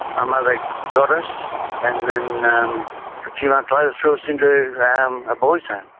my mother got us and then um a few months later threw us into a um a boy's home,